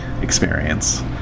experience